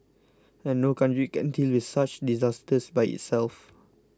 and no country can deal with such disasters by itself